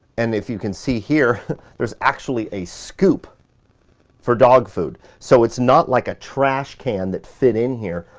and if you can see here, there's actually a scoop for dog food, so it's not like a trashcan that fit in here.